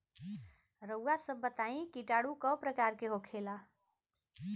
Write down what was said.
रउआ सभ बताई किटाणु क प्रकार के होखेला?